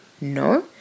No